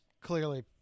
clearly